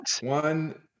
one